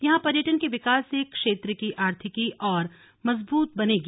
यहां पर्यटन के विकास से क्षेत्र की आर्थिकी और मजबूत होगी